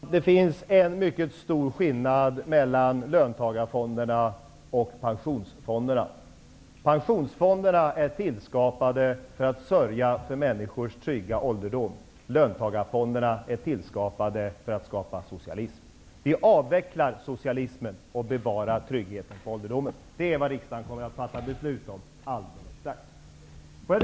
Herr talman! Det finns en mycket stor skillnad mellan löntagarfonderna och pensionsfonderna. Pensionsfonderna är tillskapade för att sörja för människors trygga ålderdom. Löntagarfonderna är tillskapade för att skapa socialism. Vi avvecklar socialismen och bevarar tryggheten för ålderdomen. Det är detta riksdagen kommer att fatta beslut om alldeles strax. Herr talman!